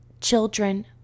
children